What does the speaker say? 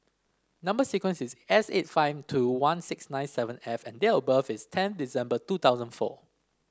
number sequence is S eight five two one six nine seven F and date of birth is ten December two thousand four